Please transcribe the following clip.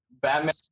Batman